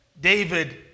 David